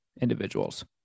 individuals